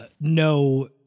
no